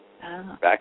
back